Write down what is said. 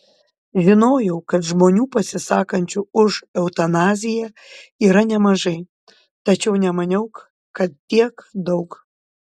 žinojau kad žmonių pasisakančių už eutanaziją yra nemažai tačiau nemaniau kad tiek daug